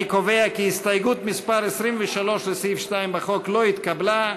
אני קובע כי הסתייגות מס' 23 לסעיף 2 בחוק לא התקבלה.